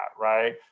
right